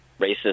racist